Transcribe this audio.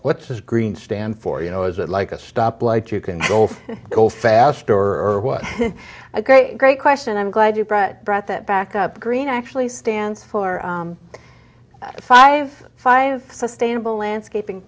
this green stand for you know is it like a stoplight you can both go faster or what a great great question i'm glad you brought brought that back up green actually stands for five five sustainable landscaping